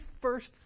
first